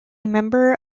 member